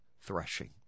threshing